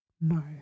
no